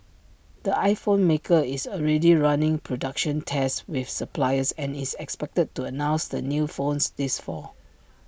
the iPhone maker is already running production tests with suppliers and is expected to announce the new phones this fall